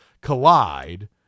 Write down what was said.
collide